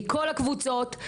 מכל הקבוצות,